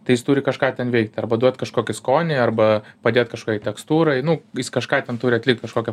tai jis turi kažką ten veikt arba duot kažkokį skonį arba padėt kažkokiai tekstūrai nu jis kažką ten turi atlikt kažkokią